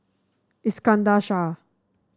Iskandar Shah